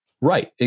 Right